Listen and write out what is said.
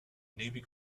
navy